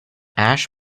ash